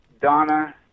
Donna